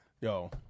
Yo